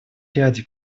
ряде